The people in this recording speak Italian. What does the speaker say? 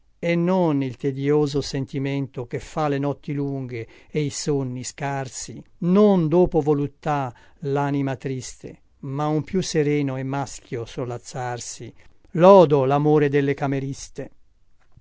e non il tedioso sentimento che fa le notti lunghe e i sonni scarsi non dopo voluttà lanima triste ma un più sereno e maschio sollazzarsi lodo lamore delle cameriste